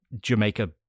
Jamaica